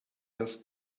has